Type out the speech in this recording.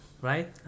right